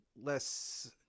less